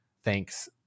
Thanks